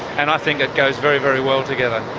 and i think that goes very, very well together.